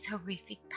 horrific